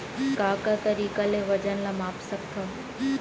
का का तरीक़ा ले वजन ला माप सकथो?